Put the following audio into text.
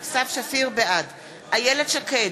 בעד איילת שקד,